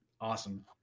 awesome